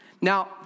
Now